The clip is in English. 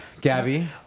Gabby